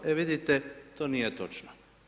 E vidite, to nije točno.